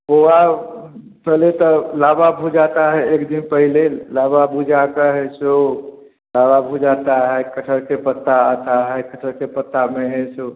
खोवा पहले तो लावा भुंजाता है एक दिन पहले लावा भुंजाता है सो लावा भुंजाता है कटहल के पत्ता आता है कटहल के पत्ता में है सो